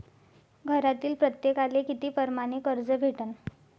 घरातील प्रत्येकाले किती परमाने कर्ज भेटन?